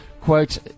quote